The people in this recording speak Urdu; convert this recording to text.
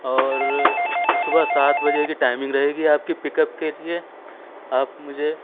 اور صبح سات بجے کے ٹائمنگ رہے گی آپ کی پک اپ کے لیے آپ مجھے